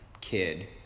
kid